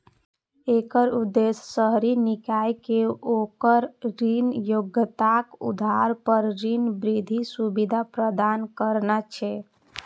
एकर उद्देश्य शहरी निकाय कें ओकर ऋण योग्यताक आधार पर ऋण वृद्धि सुविधा प्रदान करना छै